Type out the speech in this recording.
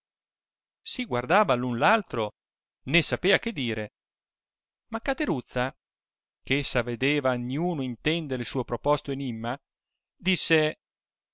si guardava l'un con l'altro né sapea che dire jla catariizza che s avedeva niuno intendere il suo proposto eninima disse